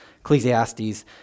Ecclesiastes